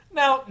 now